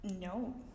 No